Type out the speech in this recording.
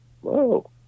whoa